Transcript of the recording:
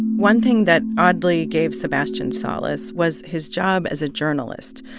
one thing that oddly gave sebastian solace was his job as a journalist.